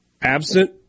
absent